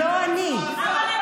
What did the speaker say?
לא אני.